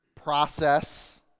process